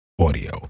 Audio